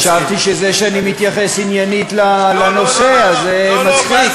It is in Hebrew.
חשבתי שזה שאני מתייחס עניינית לנושא אז זה מצחיק.